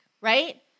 right